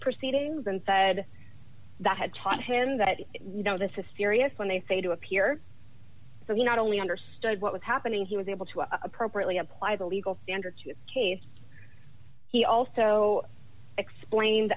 proceedings and said that had taught him that you know this is serious when they say to appear so we not only understood what was happening he was able to appropriately apply the legal standard to this case he also explain